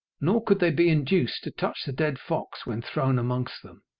nor could they be induced to touch the dead fox when thrown amongst them.